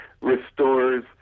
restores